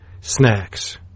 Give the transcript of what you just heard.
snacks